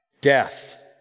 Death